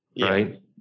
right